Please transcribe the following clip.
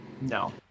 No